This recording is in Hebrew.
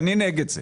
אני נגד זה,